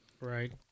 Right